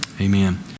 amen